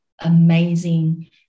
amazing